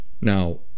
now